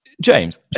James